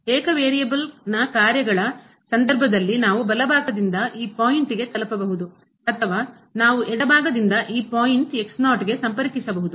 ಆದ್ದರಿಂದ ಏಕ ವೇರಿಯೇಬಲ್ನ ಕಾರ್ಯಗಳ ಸಂದರ್ಭದಲ್ಲಿ ನಾವು ಬಲಭಾಗದಿಂದ ಈ ಪಾಯಿಂಟ್ ಗೆ ತಲುಪಬಹುದು ಅಥವಾ ನಾವು ಎಡಭಾಗದಿಂದ ಈ ಪಾಯಿಂಟ್ ಗೆ ಸಂಪರ್ಕಿಸಬಹುದು